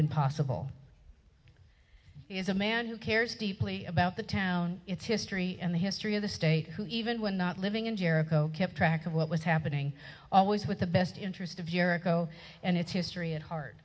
been possible is a man who cares deeply about the town its history and the history of the state who even when not living in jericho kept track of what was happening always with the best interest of year ago and its history a